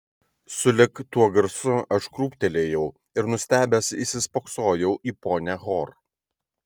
sulig tuo garsu aš krūptelėjau ir nustebęs įsispoksojau į ponią hor